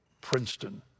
Princeton